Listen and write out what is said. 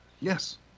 Yes